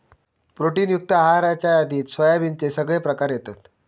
protein युक्त आहाराच्या यादीत सोयाबीनचे सगळे प्रकार येतत